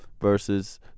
versus